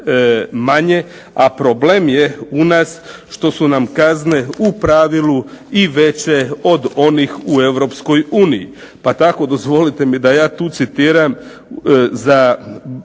manje, a problem je kod nas što su nam kazne u pravilu veće i od onih u Europskoj uniji. Pa tako dozvolite mi da tu citiram za